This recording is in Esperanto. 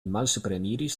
malsupreniris